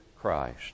Christ